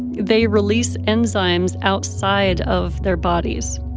they release enzymes outside of their bodies,